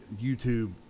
YouTube